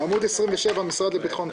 עמוד 27, המשרד לביטחון פנים.